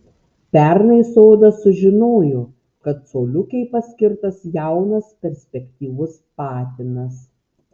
pernai sodas sužinojo kad coliukei paskirtas jaunas perspektyvus patinas